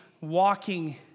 walking